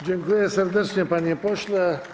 Dziękuję serdecznie, panie pośle.